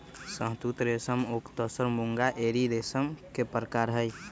शहतुत रेशम ओक तसर मूंगा एरी रेशम के परकार हई